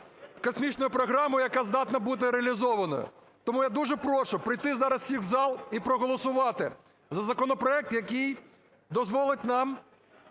космічною програмою, яка здатна бути реалізованою. Тому я дуже прошу прийти зараз всіх в зал і проголосувати за законопроект, який дозволить нам